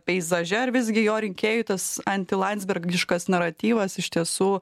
peizaže ar visgi jo rinkėjų tas anti landsbergiškas naratyvas iš tiesų